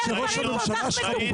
אומר דברים כל כך מטופשים?